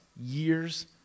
years